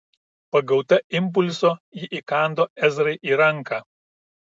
pagauta impulso ji įkando ezrai į ranką